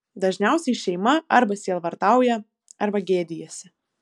dažniausiai šeima arba sielvartauja arba gėdijasi